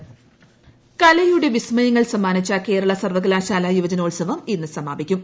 കലോത്സവം കലയുടെ വിസ്മയങ്ങൾ സമ്മാനിച്ച കേരള സർവ്വകലാശാല യുവജനോത്സവം ഇന്ന് സമാപിക്കും